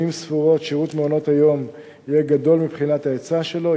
שנים ספורות שירות מעונות היום יהיה גדול מבחינת ההיצע שלו,